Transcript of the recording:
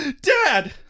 Dad